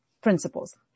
principles